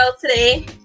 today